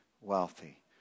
wealthy